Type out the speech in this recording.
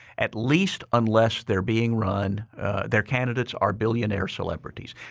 at least unless they're being run their candidates are billionaire celebrities.